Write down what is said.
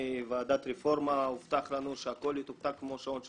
ועדת הרפורמה הובטח לנו שהכול יתקתק כמו שעון שוויצרי.